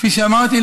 כפי שאמרתי,